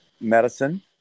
medicine